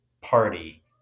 party